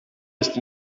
ist